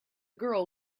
girl